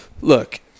look